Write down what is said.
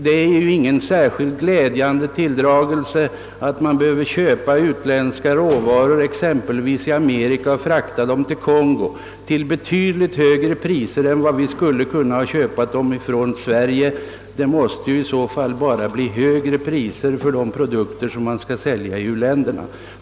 Det är inte särskilt tilltalande att nödgas köpa utländska råvaror i Amerika och frakta dem till Kongo och betala betydligt högre priser än vi skulle behöva göra om vi kunde köpa dem i t.ex. Sverige. Detta medför en onödig höjning av priserna på de produkter som man skall sälja i u-länderna.